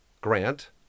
grant